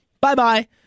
bye-bye